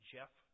Jeff